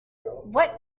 what